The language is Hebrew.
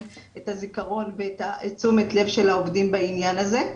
את הזיכרון ואת תשומת הלב של העובדים בעניין הזה,